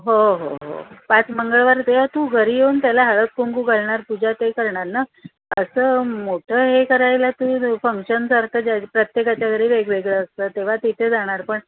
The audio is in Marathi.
हो हो हो पाच मंगळवार जेव्हा तू घरी येऊन त्याला हळद कुंकू घालणार पूजा ते करणार ना असं मोठं हे करायला तू फंक्शनसारखं ज्या प्रत्येकाच्या घरी वेगवेगळं असतं तेव्हा तिथे जाणार पण